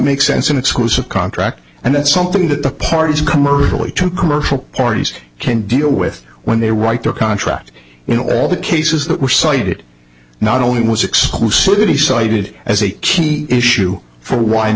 make sense an exclusive contract and that's something that the parties commercially to commercial parties can deal with when they write their contract in all the cases that were cited not only was exclusively cited as a key issue for wind